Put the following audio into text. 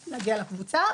כדי להגיע לקבוצה,